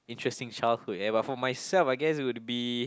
interesting childhood and but for myself I guess it would be